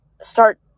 start